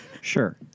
Sure